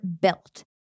built